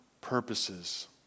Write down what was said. purposes